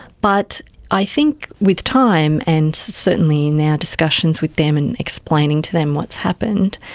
but i think with time and certainly in our discussions with them and explaining to them what's happened,